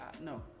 no